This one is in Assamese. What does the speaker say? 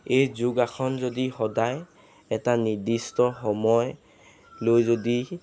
এই যোগাসন যদি সদায় এটা নিৰ্দিষ্ট সময় লৈ যদি